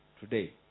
today